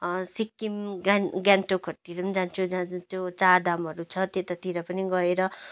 सिक्किम ग्यान् गान्तोकहरूतिर जान्छु जहाँ त्यो चारधामहरू छ त्यतातिर पनि गएर